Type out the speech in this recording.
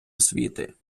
освіти